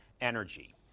energy